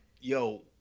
Yo